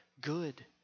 good